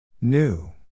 new